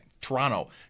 Toronto